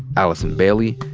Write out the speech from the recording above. allison bailey,